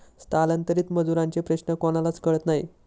स्थलांतरित मजुरांचे प्रश्न कोणालाच कळत नाही